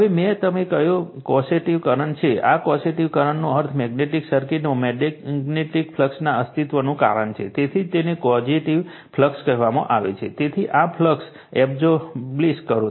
હવે મેં તમને કયો કોસેટિવ કરંટ છે આ કોસેટિવ કરંટનો અર્થ મેગ્નેટિક સર્કિટમાં મેગ્નેટિક ફ્લક્સના અસ્તિત્વનું કારણ છે તેથી જ તેને ક્વોજેટીવ ફ્લક્સ કહેવાય છે તેથી આ ફ્લક્સ એસ્ટાબ્લિશ્ડ કરો